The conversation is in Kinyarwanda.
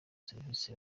serivisi